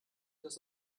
das